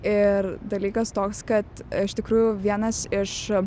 ir dalykas toks kad iš tikrųjų vienas iš